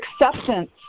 acceptance